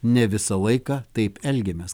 ne visą laiką taip elgiamės